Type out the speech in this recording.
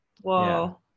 Whoa